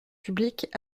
publiques